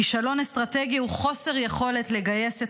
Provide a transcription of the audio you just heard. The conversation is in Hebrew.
כישלון אסטרטגי הוא חוסר יכולת לגייס את